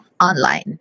online